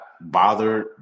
bothered